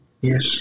Yes